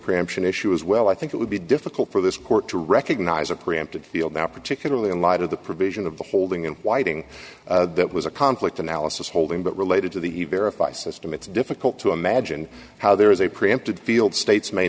preemption issue as well i think it would be difficult for this court to recognize a preemptive feel that particularly in light of the provision of the holding in whiting that was a conflict analysis holding but related to the he verify system it's difficult to imagine how there is a preempted field states may